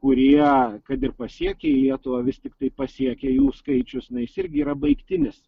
kurie kad ir pasiekė į lietuvą vis tiktai pasiekė jų skaičius na jis irgi yra baigtinis